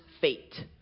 fate